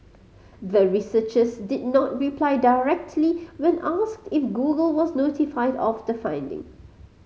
the researchers did not reply directly when asked if Google was notified of the finding